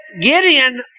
Gideon